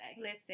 listen